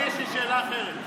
אני יש לי שאלה אחרת.